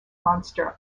monster